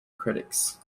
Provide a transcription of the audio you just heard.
critics